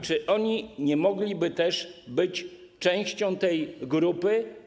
Czy oni nie mogliby też być częścią tej grupy?